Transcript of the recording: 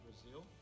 Brazil